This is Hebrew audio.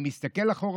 אני מסתכל אחורה,